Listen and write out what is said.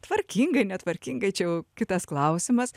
tvarkingai netvarkingai čia jau kitas klausimas